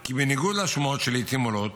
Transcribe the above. כי בניגוד לשמועות שלעיתים עולות,